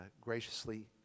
graciously